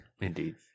Indeed